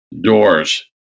doors